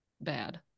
bad